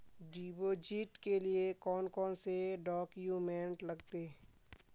Deposit के लिए कौन कौन से डॉक्यूमेंट लगते?